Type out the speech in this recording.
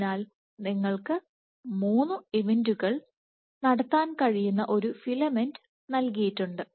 അതിനാൽ നിങ്ങൾക്ക് മൂന്ന് ഇവന്റുകൾ നടത്താൻ കഴിയുന്ന ഒരു ഫിലമെന്റ് നൽകിയിട്ടുണ്ട്